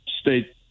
state